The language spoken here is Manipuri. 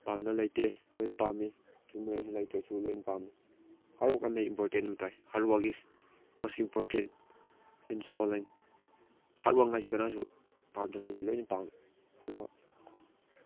ꯄꯥꯝꯗꯕ ꯂꯩꯇꯦ ꯂꯣꯏꯅ ꯄꯥꯝꯃꯤ ꯂꯩꯔꯁꯨ ꯂꯩꯇ꯭ꯔꯁꯨ ꯂꯣꯏꯅ ꯄꯥꯝꯃꯤ ꯍꯥꯔꯠ ꯋꯥꯛ ꯑꯃꯗꯤ ꯏꯝꯄꯣꯔꯇꯦꯟ ꯌꯥꯝ ꯇꯥꯏ hard work is most important in sport line hard work ꯍꯥꯏꯁꯦ ꯀꯅꯥꯁꯨ ꯄꯥꯝꯗꯕ ꯂꯩꯇꯦ ꯂꯣꯏꯅ ꯄꯥꯝꯃꯤ ꯍꯥꯔꯠ ꯋꯥꯛ